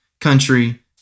country